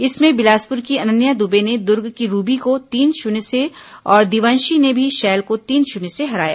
इसमें बिलासपुर की अनन्या दुबे ने दुर्ग की रूबी को तीन शून्य से और दिवंशी ने भी शैल को तीन शून्य से हराया